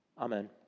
Amen